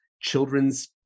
children's